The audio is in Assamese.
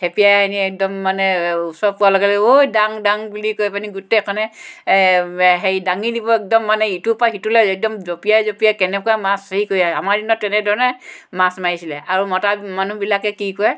হেঁপিয়াই আনি একদম মানে ওচৰ পোৱাৰ লগে লগে ঐ দাং দাং বুলি কৈ একদম গোটেইখনে হেৰি দাঙি নিব একদম মানে ইটোপা সিটোলে জঁপিয়াই জঁপিয়াই তেনেকৈ মাছ হেৰি কৰে আমাৰ দিনত তেনেধৰণে মাছ মাৰিছিলে আৰু মতা মানুহবিলাকে কি কৰে